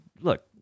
look